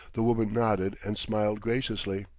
the woman nodded and smiled graciously.